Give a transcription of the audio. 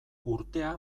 urtea